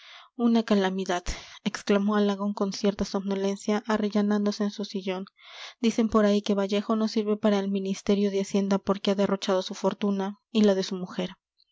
una calamidad exclamó alagón con cierta somnolencia arrellanándose en su sillón dicen por ahí que vallejo no sirve para el ministerio de hacienda porque ha derrochado su fortuna y la de su mujer